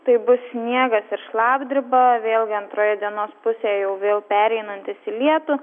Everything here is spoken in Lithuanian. tai bus sniegas ir šlapdriba vėlgi antroje dienos pusėje jau vėl pereinantis į lietų